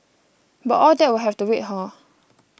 but all that will have to wait hor